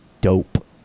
dope